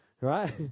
Right